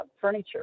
furniture